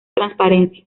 transparencia